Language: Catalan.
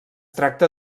tracta